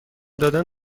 دادن